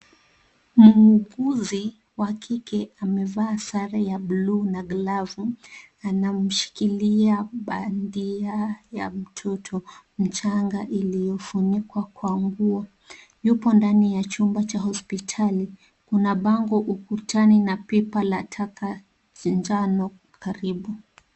Muuguzi wa kike amevaa sare ya buluu na glavu, anamshikilia bandia ya mtoto, mchanga iliyofanikiwa kwa nguo. Yupo ndani ya chumba cha hospitali, kuna bango ukutani na pipa la taka njano karibu.